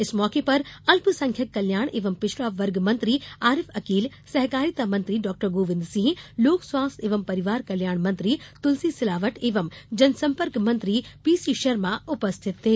इस मौके पर अल्पसंख्यक कल्याण एवं पिछड़ा वर्ग मंत्री आरिफ अकील सहकारिता मंत्री डॉ गोविंद सिंह लोक स्वास्थ्य एवं परिवार कल्याण मंत्री तुलसी सिलावट एवं जनसंपर्क मंत्री पीसी शर्मा उपस्थित थे